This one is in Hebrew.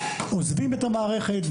עוזבים את המערכת,